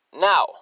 Now